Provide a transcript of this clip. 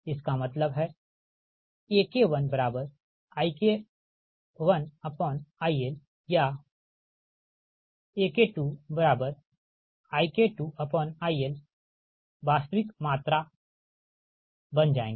इसका मतलब है AK1IK1ILor AK2IK2IL वास्तविक मात्रा बन जाएंगे